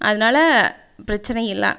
அதனால பிரச்சினை இல்லை